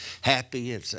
happy